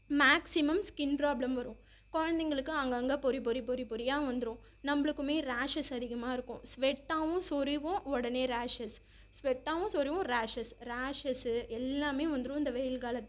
maximum skin problem வரும் குழந்தைங்களுக்கு அங்கேங்க பொரி பொரி பொரி பொரியா வந்துரும் நம்மளுக்குமே ரேஷஸ் அதிகமாக இருக்கும் ஸ்வெட்டாவும் சொறிவோம் உடனே ரேஷஸ் ஸ்வெட்டாவும் சரிவோம் ரேஷஸ் ரேஷஸ்ஸு எல்லாமே வந்துடும் இந்த வெயில் காலத்தில்